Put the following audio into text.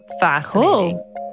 fascinating